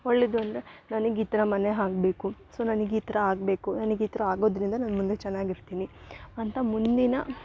ಒಳ್ಳೇದು ಅಂದರೆ ನನಗ್ ಈ ಥರ ಮನೆ ಆಗ್ಬೇಕು ಸೊ ನನಗ್ ಈ ಥರ ಆಗಬೇಕು ನನಗ್ ಈ ಥರ ಆಗೋದರಿಂದ ನಾನು ಮುಂದೆ ಚೆನ್ನಾಗಿರ್ತಿನಿ ಅಂತ ಮುಂದಿನ